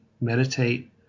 meditate